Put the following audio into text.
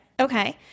Okay